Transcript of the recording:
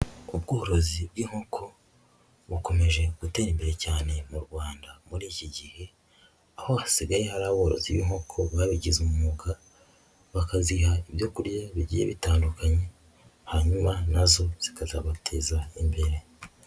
Ubworozi bw'inkoko bukomeje gutera imbere cyane mu Rwanda muri iki gihe, aho hasigaye hari aborozi b'inkoko babigize umwuga, bakaziha ibyo kurya bigiye bitandukanye hanyuma nazo zikazabateza imbere.